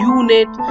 unit